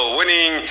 winning